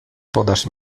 podasz